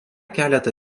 keletą